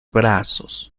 brazos